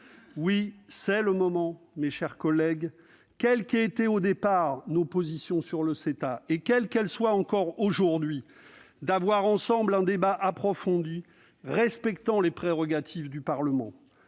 c'est en tout cas le moment, quelles qu'aient été au départ nos positions sur le CETA et quelles qu'elles soient encore aujourd'hui, d'avoir ensemble un débat approfondi, respectant les prérogatives du Parlement.